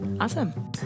awesome